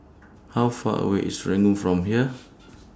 How Far away IS Serangoon from here